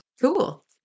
Cool